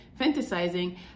fantasizing